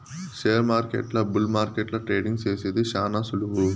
షేర్మార్కెట్ల బుల్ మార్కెట్ల ట్రేడింగ్ సేసేది శాన సులువు